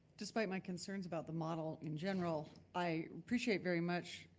despite my concerns about the model in general, i appreciate very much,